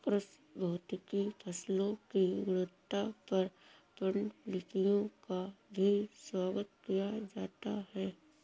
कृषि भौतिकी फसलों की गुणवत्ता पर पाण्डुलिपियों का भी स्वागत किया जाता है